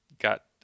got